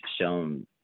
shown